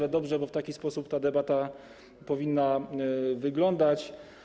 To dobrze, w taki sposób ta debata powinna wyglądać.